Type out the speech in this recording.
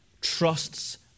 trusts